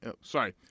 sorry